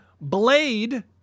Blade